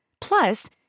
Plus